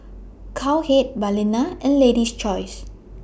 Cowhead Balina and Lady's Choice